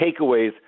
takeaways